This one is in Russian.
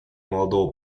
молодого